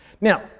Now